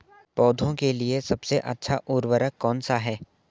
पौधों के लिए सबसे अच्छा उर्वरक कौनसा हैं?